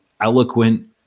eloquent